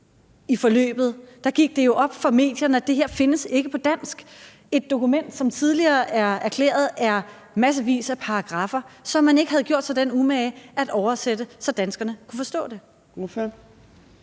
i forløbet gik det jo op for medierne, at det her ikke findes på dansk – et dokument, som tidligere er erklæret er massevis af paragraffer, som man ikke havde gjort sig den umage at oversætte, så danskerne kunne forstå det.